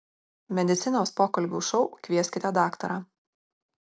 medicinos pokalbių šou kvieskite daktarą